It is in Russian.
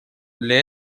для